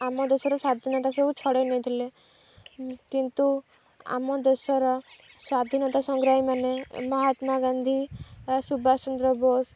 ଆମ ଦେଶରେ ସ୍ଵାଧୀନତା ସବୁ ଛଡ଼ାଇ ନେଇଥିଲେ କିନ୍ତୁ ଆମ ଦେଶର ସ୍ଵାଧୀନତା ସଂଗ୍ରାମୀମାନେ ମହାତ୍ମା ଗାନ୍ଧୀ ସୁବାଷ ଚନ୍ଦ୍ର ବୋଷ